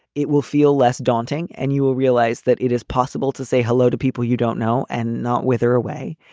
it will feel less daunting and you will realize that it is possible to say hello to people you don't know and not wither away.